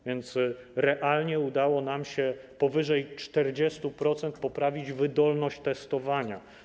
A więc realnie udało nam się o powyżej 40% poprawić wydolność testowania.